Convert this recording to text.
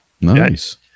nice